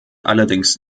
allerdings